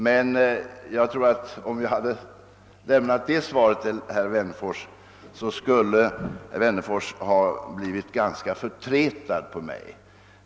Men jag tror att om jag hade lämnat det svaret till herr Wennerfors, skulle herr Wennerfors ha blivit ganska förtretad på mig.